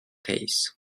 case